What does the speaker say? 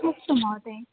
अस्तु महोदय